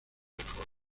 reforma